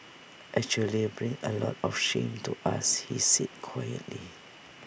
actually bring A lot of shame to us he said quietly